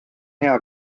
hea